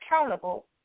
accountable